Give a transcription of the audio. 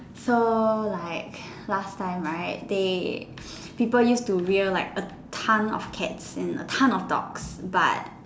so like last time right they people use to rear a tons of cats and a ton of dogs but